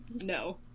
no